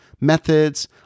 methods